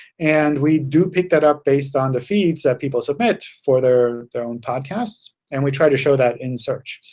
and we do pick that up based on the feeds that people submit for their their own podcasts and we try to show that in search.